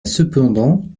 cependant